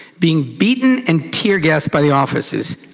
being beaten and tear gassed by the officers.